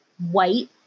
white